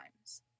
times